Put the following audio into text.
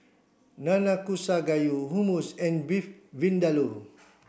Nanakusa Gayu Hummus and Beef Vindaloo